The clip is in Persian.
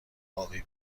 ابی